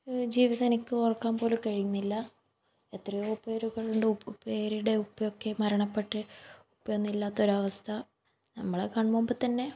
ജീവിതം എനിക്ക് ഓർക്കാൻ പോലും കഴിയുന്നില്ല എത്രയോ പേരുകളുടെ പേരുടെ ഉപ്പയൊക്കെ മരണപ്പെട്ട് ഉപ്പയൊന്നു ഇല്ലാത്തൊരവസ്ഥ നമ്മളുടെ കൺമുൻപിൽ തന്നെ